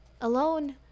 Alone